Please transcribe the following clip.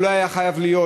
הוא לא היה חייב להיות.